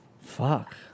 Fuck